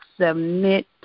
submit